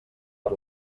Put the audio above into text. per